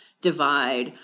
divide